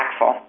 impactful